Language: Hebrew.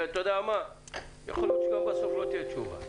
ואתה יודע מה, יכול להיות שבסוף לא תהיה תשובה.